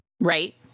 right